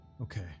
Okay